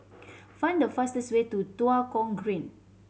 find the fastest way to Tua Kong Green